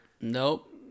Nope